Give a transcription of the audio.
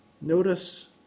notice